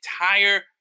entire